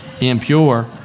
impure